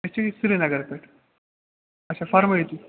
أسۍ چھِ یہِ سریٖنگر پٮ۪ٹھ آچھا فرمٲیُو تُہۍ